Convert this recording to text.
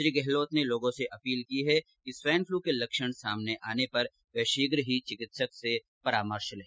श्री गहलोत ने लोगो से अपील की है कि स्वाईन फ्लू के लक्षण सामने आने पर वह शीघ्र ही चिकित्सक से परामर्श लें